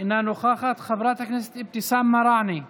ג'ידא רינאוי זועבי,